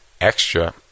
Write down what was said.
extra